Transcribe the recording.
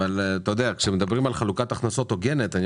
אבל כשמדברים על חלוקת הכנסות הוגנת אני